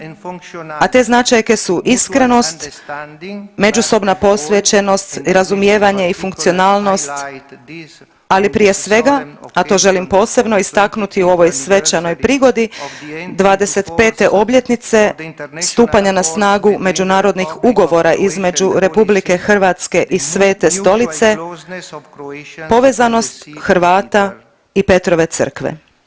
A te značajke su iskrenost, međusobna posvećenost, razumijevanje i funkcionalnost, ali prije svega, a to želim posebno istaknuti u ovoj svečanoj prigodi 25 obljetnice stupanja na snagu Međunarodnih ugovora između RH i Svete Stolice, povezanost Hrvata i Petrove crkve.